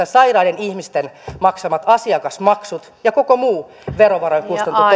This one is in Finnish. sairaiden ihmisten maksamat asiakasmaksut ja koko muu verovaroin